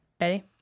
Ready